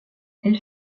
elle